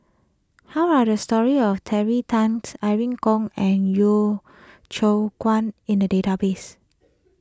how are the stories of Terry Tan Irene Khong and Yeo Ceow Kwang in the database